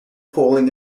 falling